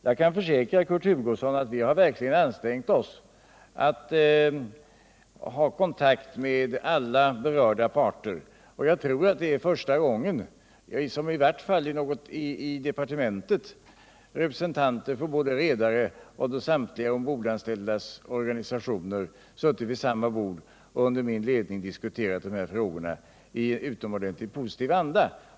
Jag kan försäkra Kurt Hugosson att vi verkligen har ansträngt oss att ha kontakt med alla berörda parter. Troligen är det första gången som representanter för redare och de ombordanställdas samtliga organisationer suttit vid samma bord och under kommunikationsministerns ledning diskuterat sådana här frågor i en utomordentligt positiv anda.